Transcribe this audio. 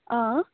অঁ